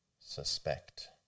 suspect